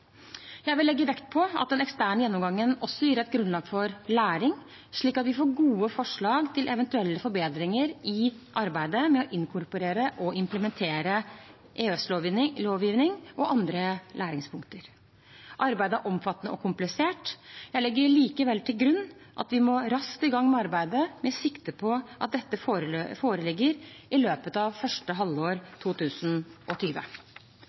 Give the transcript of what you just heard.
Jeg vil legge vekt på at den eksterne gjennomgangen også gir et grunnlag for læring, slik at vi får gode forslag til eventuelle forbedringer i arbeidet med å inkorporere og implementere EØS-lovgivning og andre læringspunkter. Arbeidet er omfattende og komplisert. Jeg legger likevel til grunn at vi må komme raskt i gang med arbeidet med sikte på at dette foreligger i løpet av første